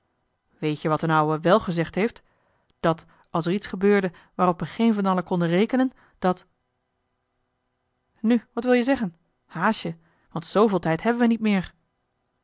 weet-je wat d'n ouwe wèl gezegd heeft dat als er iets gebeurde waarop we geen van allen konden rekenen dat nu wat wil-je zeggen haast je want zveel tijd hebben we niet meer